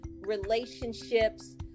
relationships